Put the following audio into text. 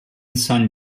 san